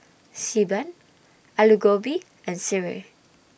Xi Ban Aloo Gobi and Sireh